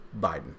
Biden